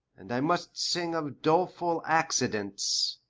and i must sing of doleful accidents.